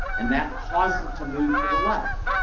and that caused it to move to the left.